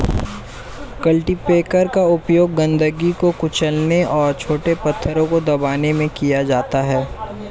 cultipacker का उपयोग गंदगी को कुचलने और छोटे पत्थरों को दबाने में किया जाता है